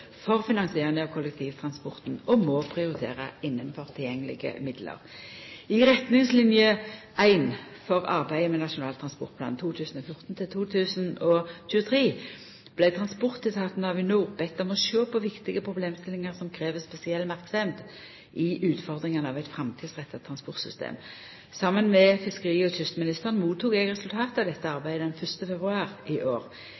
for finansiering av kollektivtransporten og må prioritera innanfor tilgjengelege midlar. I retningsline 1 for arbeidet med Nasjonal transportplan 2014–2023 vart transportetaten og Avinor bedne om å sjå på viktige problemstillingar som krev spesiell merksemd i utfordringane av eit framtidsretta transportsystem. Saman med fiskeri- og kystministeren mottok eg resultatet av dette arbeidet den 1. februar i år.